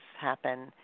happen